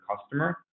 customer